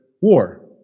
war